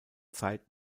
zeit